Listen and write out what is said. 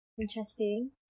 interesting